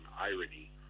irony